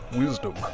wisdom